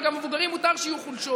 אגב, גם למבוגרים מותר שיהיו חולשות,